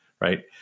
right